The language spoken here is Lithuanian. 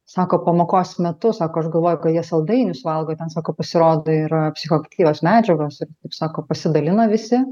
sako pamokos metu sako aš galvoju ka jie saldainius valgo ten sako pasirodo yra psichoaktyvios medžiagos taip sako pasidalino visi